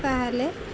ତାହଲେ